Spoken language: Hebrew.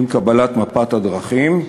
עם קבלת מפת הדרכים,